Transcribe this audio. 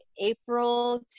April